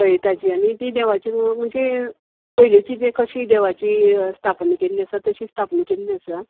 हय ताजी आनी ती देवाची म्हणचे पयलीचे जे कशी देवाची स्थापना केल्ली आसा तशीं स्थापना केल्ली आसा